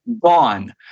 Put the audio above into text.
gone